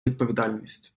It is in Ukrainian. відповідальність